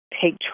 take